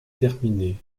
terminée